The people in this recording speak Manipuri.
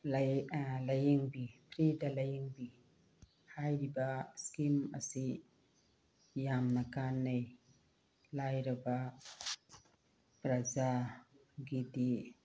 ꯂꯥꯏꯌꯦꯡꯕꯤ ꯐ꯭ꯔꯤꯗ ꯂꯥꯏꯌꯦꯡꯕꯤ ꯍꯥꯏꯔꯤꯕ ꯁ꯭ꯀꯤꯝ ꯑꯁꯤ ꯌꯥꯝꯅ ꯀꯥꯟꯅꯩ ꯂꯥꯏꯔꯕ ꯄ꯭ꯔꯖꯥꯒꯤꯗꯤ